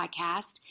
podcast